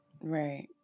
Right